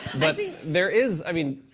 but there is i mean,